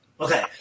Okay